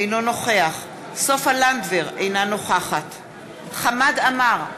אינו נוכח סופה לנדבר, אינו נוכח חמד עמאר,